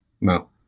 No